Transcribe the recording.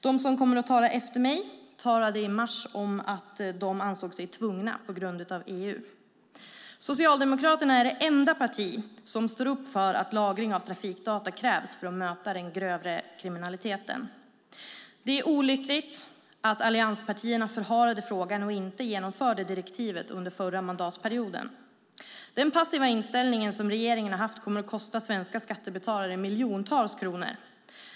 De som kommer att tala efter mig talade i mars om att de ansåg sig tvungna på grund av EU. Socialdemokraterna är det enda parti som står upp för att lagring av trafikdata krävs för att möta den grövre kriminaliteten. Det är olyckligt att allianspartierna förhalade frågan och inte genomförde direktivet under förra mandatperioden. Den passiva inställning som regeringen har haft kommer att kosta svenska skattebetalare miljontals kronor.